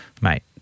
mate